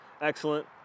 Excellent